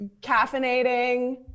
caffeinating